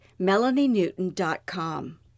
melanienewton.com